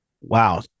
wow